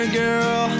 girl